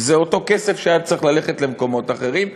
זה אותו כסף שהיה צריך ללכת למקומות אחרים,